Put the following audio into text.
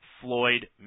Floyd